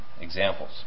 examples